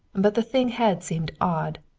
but the thing had seemed odd.